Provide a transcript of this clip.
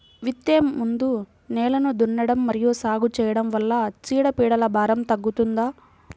విత్తే ముందు నేలను దున్నడం మరియు సాగు చేయడం వల్ల చీడపీడల భారం తగ్గుతుందా?